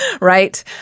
right